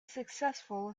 successful